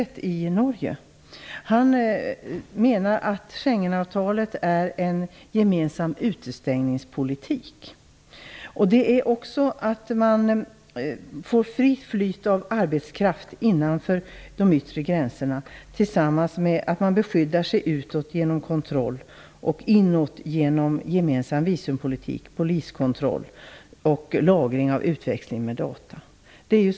Norge, menar att Schengenavtalet är en gemensam utestängningspolitik. Man får fritt flyt av arbetskraft innanför de yttre gränserna, samtidigt som man beskyddar sig utåt genom kontroll och inåt genom gemensam visumpolitik - poliskontroll - och det görs lagring och utväxling av datauppgifter.